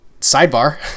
sidebar